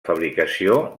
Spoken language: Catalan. fabricació